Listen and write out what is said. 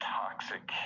toxic